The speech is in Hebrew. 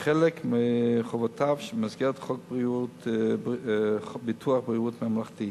כחלק מחובותיו במסגרת חוק ביטוח בריאות ממלכתי.